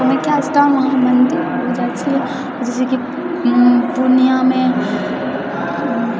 कामाख्या स्थान मन्दिर जाइत छिऐ जैसेकि पूर्णियाँमे